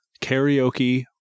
karaoke